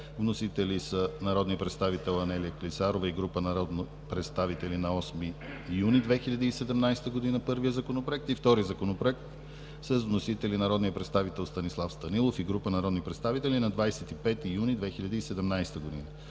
Вносители са народният представител Анелия Клисарова и група народни представители на 8 юни 2017 г. – първи Законопроект; вторият Законопроект е с вносители народният представител Станислав Станилов и група народни представители на 21 юни 2017 г.